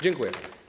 Dziękuję.